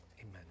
Amen